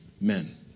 men